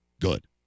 good